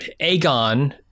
Aegon